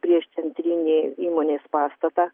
prieš centrinį įmonės pastatą